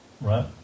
Right